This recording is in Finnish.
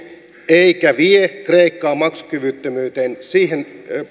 eikä vie kreikkaa maksukyvyttömyyteen